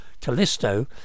Callisto